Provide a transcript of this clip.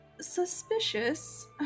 suspicious